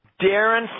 Darren